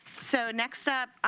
so next up,